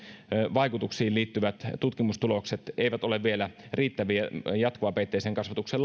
vaikutuksiin liittyvät tutkimustulokset eivät ole vielä riittäviä jatkuvapeitteisen kasvatuksen